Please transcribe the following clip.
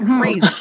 Crazy